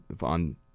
on